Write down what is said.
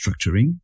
structuring